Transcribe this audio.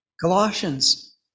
Colossians